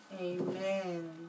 Amen